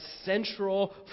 central